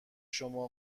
شما